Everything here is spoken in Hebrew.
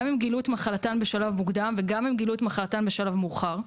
אם גילו את מחלתן בשלב מוקדם וגם אם גילו את מחלתן בשלב מאוחר.